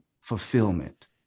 fulfillment